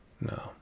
no